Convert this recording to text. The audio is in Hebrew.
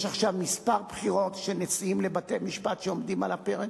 יש עכשיו כמה בחירות של נשיאים לבתי-משפט שעומדות על הפרק,